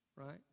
Right